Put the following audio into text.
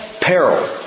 peril